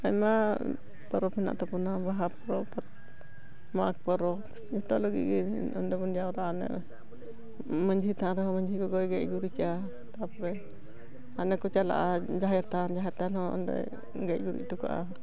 ᱟᱭᱢᱟ ᱯᱚᱨᱚᱵᱽ ᱢᱮᱱᱟᱜ ᱛᱟᱵᱚᱱᱟ ᱵᱟᱦᱟ ᱯᱚᱨᱚᱵᱽ ᱢᱟᱜᱽ ᱯᱚᱨᱚᱵᱽ ᱡᱚᱛᱚ ᱞᱟᱹᱜᱤᱫ ᱜᱮ ᱚᱸᱰᱮ ᱵᱚᱱ ᱡᱟᱣᱨᱟᱜᱼᱟ ᱚᱱᱮ ᱢᱟᱹᱡᱷᱤ ᱛᱷᱟᱱ ᱨᱮᱦᱚᱸ ᱢᱟᱹᱡᱷᱤ ᱜᱚᱜᱚᱭ ᱜᱮᱡᱼᱜᱩᱨᱩᱡᱟ ᱛᱟᱯᱚᱨᱮ ᱚᱸᱰᱮ ᱠᱚ ᱪᱟᱞᱟᱜᱼᱟ ᱡᱟᱦᱮᱨ ᱛᱷᱟᱱ ᱡᱟᱦᱮᱨ ᱛᱷᱟᱱ ᱨᱮᱦᱚᱸ ᱚᱸᱰᱮ ᱜᱮᱡᱼᱜᱩᱨᱤᱡ ᱦᱚᱴᱚ ᱠᱟᱜᱼᱟ